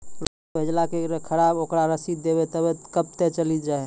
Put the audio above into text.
रुपिया भेजाला के खराब ओकरा रसीद देबे तबे कब ते चली जा?